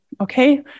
okay